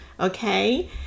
Okay